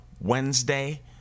Wednesday